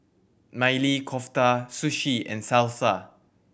Maili Kofta Sushi and Salsa